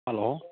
hello